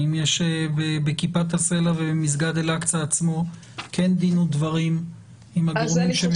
האם יש בכיפת הסלע ובמסגד אל אקצא עצמו דין ודברים עם הגורמים שם?